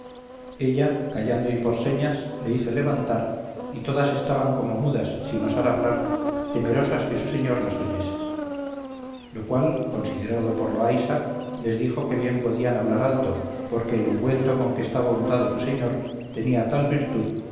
ella callando y por señas le hizo levantar y todas estaban como mudas sin osar hablar temerosas que su señor las oyese lo cual considerado por loaysa les dijo que bien podían hablar alto porque el ungüento con que estaba untado su señor tenía tal virtud